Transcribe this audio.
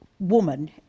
woman